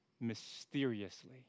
mysteriously